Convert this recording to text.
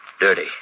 Dirty